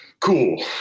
cool